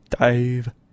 Dave